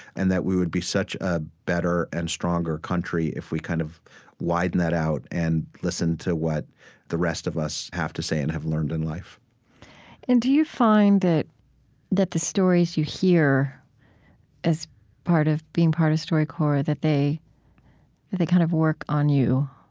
and that we would be such a better and stronger country if we kind of widened that out and listened to what the rest of us have to say and have learned in life and do you find that that the stories you hear as being part of storycorps, that they that they kind of work on you,